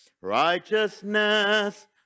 righteousness